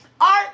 art